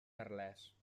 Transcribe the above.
merlès